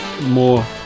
more